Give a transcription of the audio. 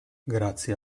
grazie